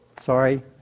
sorry